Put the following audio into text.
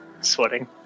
sweating